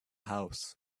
house